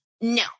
no